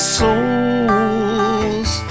souls